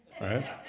right